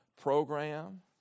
program